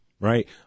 right